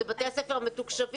זה בתי הספר המתוקשבים,